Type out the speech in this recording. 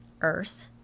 earth